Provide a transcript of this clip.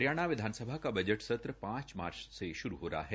हरियाणा विधानसभा का बजट सत्र पांच मार्च से श्रू हो रहा है